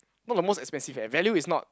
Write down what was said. not the most expensive eh value is not